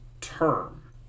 term